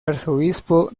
arzobispo